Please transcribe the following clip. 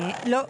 לא.